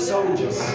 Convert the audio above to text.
soldiers